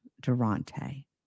Durante